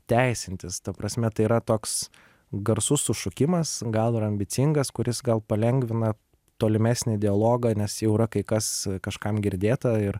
teisintis ta prasme tai yra toks garsus sušukimas gal ir ambicingas kuris gal palengvina tolimesnį dialogą nes jau yra kai kas kažkam girdėta ir